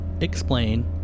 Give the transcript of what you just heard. explain